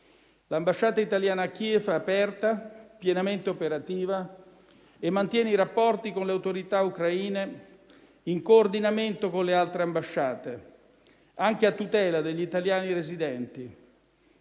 L'ambasciata italiana a Kiev è aperta, pienamente operativa, e mantiene i rapporti con le autorità ucraine, in coordinamento con le altre ambasciate, anche a tutela degli italiani residenti.